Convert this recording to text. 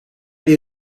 die